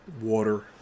water